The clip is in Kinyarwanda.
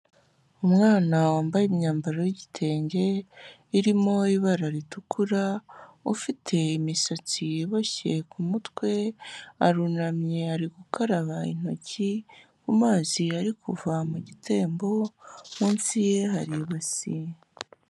Umwana wambaye imyambaro y'igitenge, irimo ibara ritukura, ufite imisatsi iboshye ku mutwe, arunamye ari gukaraba intoki, mu mazi ari kuva mu gitembo, munsi ye hari ibasi.